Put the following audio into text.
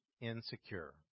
insecure